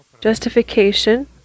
Justification